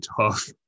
tough